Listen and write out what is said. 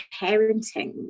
parenting